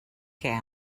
què